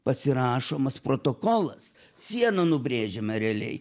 pasirašomas protokolas siena nubrėžiama realiai